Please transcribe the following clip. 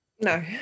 No